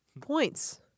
Points